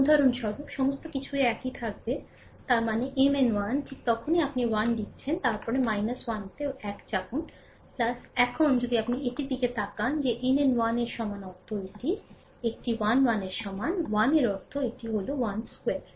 উদাহরণস্বরূপ সমস্ত কিছুই একই থাকবে তার মানে Mn 1 ঠিক তখন আপনি 1 লিখছেন তারপরে 1 তে 1 চাপুন 1 এখন যদি আপনি এটির দিকে তাকান যে nn 1 এর সমান অর্থ এটি একটি 1 1 এর সমান 1 এর অর্থ এটি হল 1 বর্গ